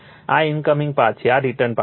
આ incoming path છે આ રીટર્ન પાથ છે